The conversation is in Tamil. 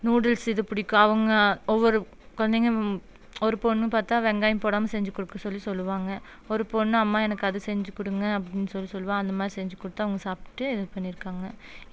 நூடுல்ஸு இது பிடிக்கும் அவங்க ஒவ்வொரு குழந்தைங்க ஒரு பொண்ணு பார்த்தா வெங்காயம் போடாமல் செஞ்சு கொடுக்க சொல்லி சொல்லுவாங்க ஒரு பொண்ணு அம்மா எனக்கு அது செஞ்சு கொடுங்க அப்படின்னு சொல்லி சொல்லுவாள் அந்த மாதிரி செஞ்சு கொடுத்து அவங்க சாப்பிட்டு இது பண்ணியிருக்காங்க